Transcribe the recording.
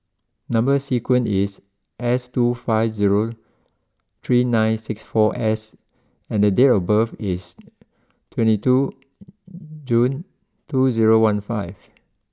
number sequence is S two five zero three nine six four S and date of birth is twenty two June two zero one five